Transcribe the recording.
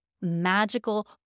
magical